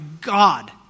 God